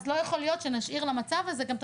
אז לא יכול להיות שנשאיר למצב הזה גם את